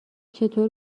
چطور